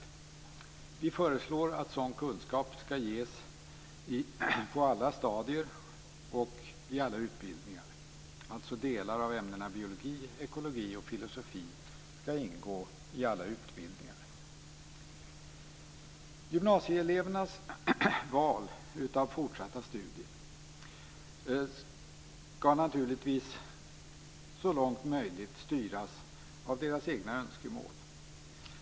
Miljöpartiet föreslår att sådan kunskap skall ges på alla stadier och i alla utbildningar, dvs. delar av ämnena biologi, ekologi och filosofi skall ingå i alla utbildningar. Gymnasieelevernas val av fortsatta studier skall naturligtvis så långt som möjligt styras av deras egna önskemål.